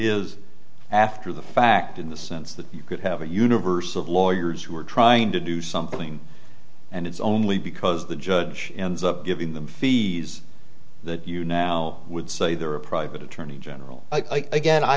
is after the fact in the sense that you could have a universe of lawyers who are trying to do something and it's only because the judge ends up giving them fees that you now would say there are a private attorney general again i